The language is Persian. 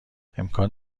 امکان